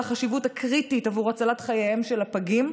החשיבות הקריטית להצלת חייהם של הפגים,